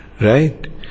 Right